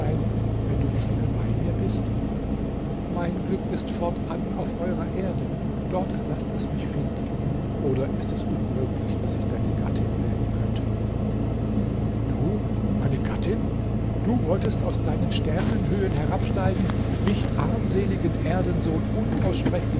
wenn du nicht mehr bei mir bist mein glück ist fortan auf eurer erde dort laßt es mich finden oder ist es unmöglich daß ich deine gattin werden könnte du meine gattin du wolltest aus deinen sternenhöhen herabsteigen mich armseligen erdensohn unaussprechlich